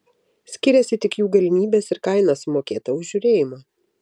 skiriasi tik jų galimybės ir kaina sumokėta už žiūrėjimą